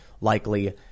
likely